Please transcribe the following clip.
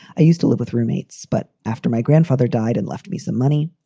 i used to live with roommates, but after my grandfather died and left me some money,